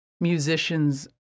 musicians